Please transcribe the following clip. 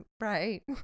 right